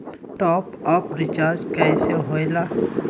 Top up recharge कइसे होएला?